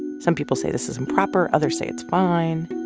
some people say this is improper. others say it's fine